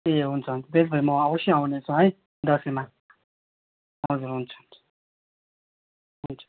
ए हुन्छ हुन्छ त्यसो भए म अवश्य आउनेछु है दसैँमा हजुर हुन्छ हुन्छ हुन्छ